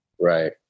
Right